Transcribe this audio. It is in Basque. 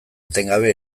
etengabe